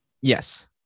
Yes